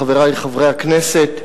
חברי חברי הכנסת,